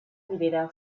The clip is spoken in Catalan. rivera